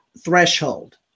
threshold